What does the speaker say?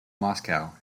moscow